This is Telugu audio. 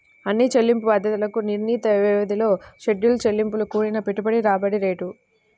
అన్ని చెల్లింపు బాధ్యతలకు నిర్ణీత వ్యవధిలో షెడ్యూల్ చెల్లింపు కూడిన పెట్టుబడి రాబడి రేటు